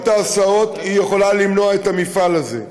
ההסעות יכולה למנוע את המפעל הזה.